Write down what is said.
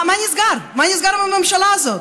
מה נסגר עם הממשלה הזאת,